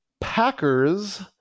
Packers